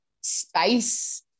space